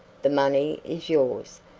the money is yours.